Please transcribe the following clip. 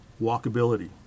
walkability